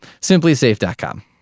Simplysafe.com